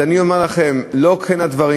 אז אני אומר לכם: לא כך הדברים,